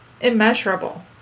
immeasurable